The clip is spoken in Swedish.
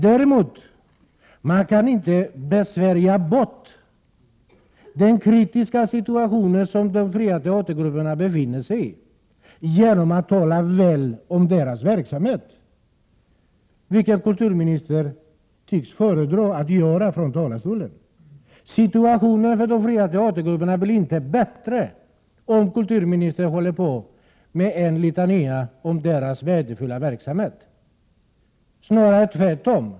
Däremot kan man inte så att säga besvärja bort den kritiska situation som de fria teatergrupperna befinner sig i genom att tala väl om deras verksamhet, vilket kulturministern tycks föredra att göra från talarstolen. Situationen blir inte bättre om kulturministern framför litania om deras värdefulla verksamhet, snarare tvärtom.